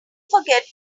forget